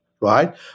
right